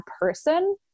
person